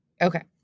Okay